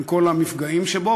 עם כל המפגעים שבו,